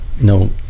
No